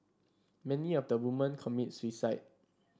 many of the woman commit suicide